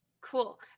Cool